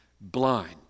blind